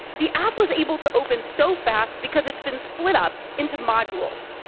the app was able to open so fast because it's been split up into modules.